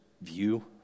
view